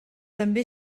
també